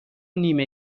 نیمه